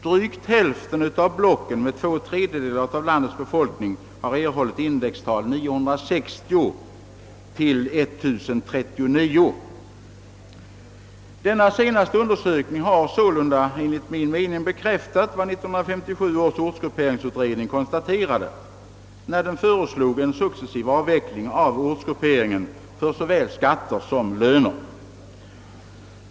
Drygt hälften av blocken med två tredjedelar av landets befolkning har erhållit indextal 960—21 039. Denna senaste undersökning har sålunda enligt min mening bekräftat vad ortsgrupperingsutredningen konstaterade 1957, när den föreslog en successiv avveckling av ortsgrupperingen för såväl skatter som löner.